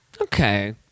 okay